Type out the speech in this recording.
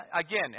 again